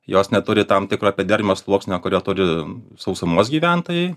jos neturi tam tikro epidermio sluoksnio kurio turi sausumos gyventojai